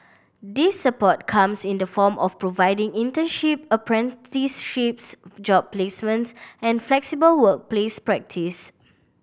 this support comes in the form of providing internship apprenticeships job placements and flexible workplace practice